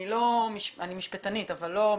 אני משפטנית אבל לא מומחית,